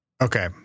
Okay